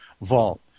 vault